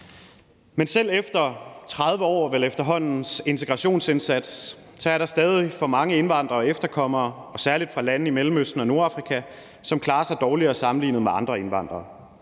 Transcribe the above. Men selv efter 30 år, er det vel efterhånden, med integrationsindsats, er der stadig for mange indvandrere og efterkommere, særlig fra lande i Mellemøsten og Nordafrika, som klarer sig dårligere sammenlignet med andre indvandrere.